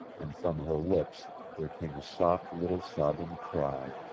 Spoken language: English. and from her lips there came a soft little sobbing cry.